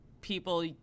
people